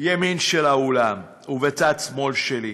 ימין של האולם ובצד שמאל שלי.